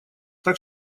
так